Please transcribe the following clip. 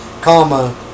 comma